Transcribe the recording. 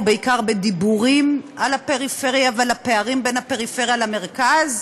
ובעיקר בדיבורים על הפריפריה ועל הפערים בין הפריפריה למרכז,